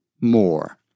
more